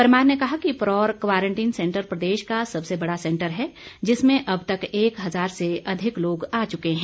परमार ने कहा कि परौर क्वारंटीन सैंटर प्रदेश का सबसे बड़ा सैंटर हैं जिसमें अब तक एक हज़ार से अधिक लोग आ चुके हैं